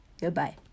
Goodbye